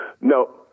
No